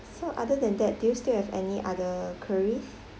so other than that do you still have any other queries